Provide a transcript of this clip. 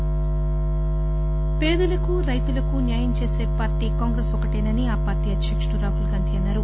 రాహుల్ జహీరాబాద్ పేదలకు రైతులకు న్యాయంచేస పార్టీ కాంగ్రెస్ ఒక్కటేనని ఆ పార్టీ అధ్యకుడు రాహుల్ గాంధీ అన్నారు